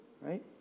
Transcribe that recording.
right